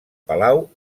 palau